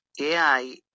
AI